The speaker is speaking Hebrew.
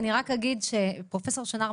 פרופ' שנער,